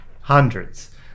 hundreds